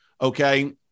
okay